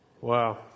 Wow